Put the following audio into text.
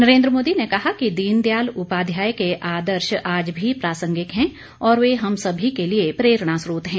नरेन्द्र मोदी ने कहा कि दीनदयाल उपाध्याय के आदर्श आज भी प्रासंगिक हैं और वे हम सभी के लिए प्रेरणास्रोत हैं